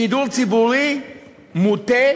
שידור ציבורי מוטה,